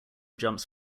jumps